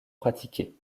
pratiqué